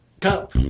cup